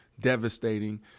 Devastating